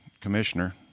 commissioner